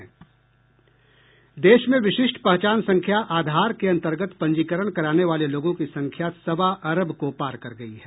देश में विशिष्ट पहचान संख्या आधार के अंतर्गत पंजीकरण कराने वाले लोगों की संख्या सवा अरब को पार कर गई है